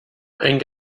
ein